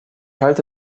halte